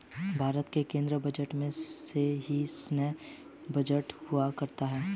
भारत के केन्द्रीय बजट में ही सैन्य बजट हुआ करता है